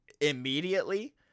immediately